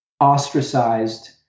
ostracized